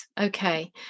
Okay